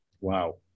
Wow